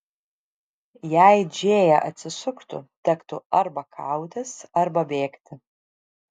jei džėja atsisuktų tektų arba kautis arba bėgti